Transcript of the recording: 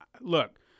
Look